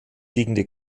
liegende